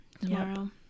tomorrow